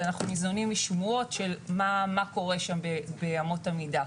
ואנחנו ניזונים משמועות של מה קורה שם באמות המידה.